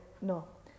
no